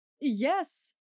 Yes